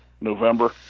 november